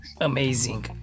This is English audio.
Amazing